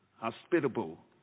hospitable